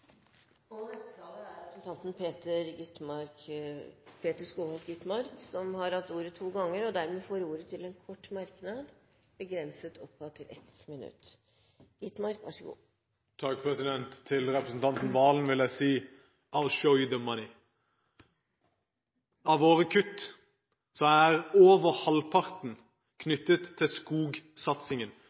Representanten Peter Skovholt Gitmark har hatt ordet to ganger tidligere og får ordet til en kort merknad, begrenset til 1 minutt. Til representanten Serigstad Valen vil jeg si: «I’ll show you the money!» Av våre kutt er over halvparten knyttet til skogsatsingen,